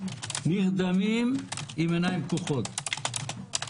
נרדמים עם עיניים פקוחות.